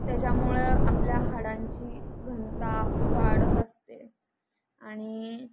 त्याच्यामुळे आपल्या हाडांची घनता वाढत असते आणि